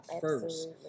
first